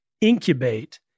incubate